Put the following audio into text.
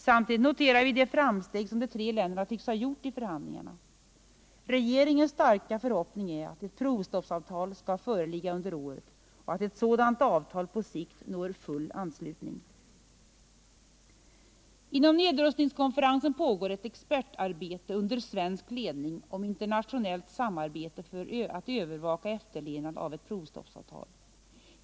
Samtidigt noterar vi de framsteg i förhandlingarna som de tre länderna tycks ha gjort. Regeringens starka förhoppning är att ett provstoppsavtal skall föreligga under året och att ett sådant avtal på sikt skall nå full anslutning. Inom nedrustningskonferensen pågår under svensk ledning ett expertarbete om internationellt samarbete för att övervaka efterlevnaden av ett provstoppsavtal.